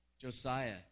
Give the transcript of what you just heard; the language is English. Josiah